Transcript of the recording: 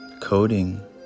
coding